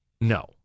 No